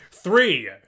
Three